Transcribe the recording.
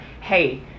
hey